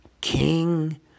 king